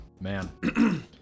Man